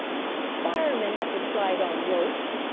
firemen have to slide on ropes!